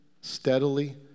steadily